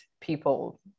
people